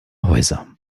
häuser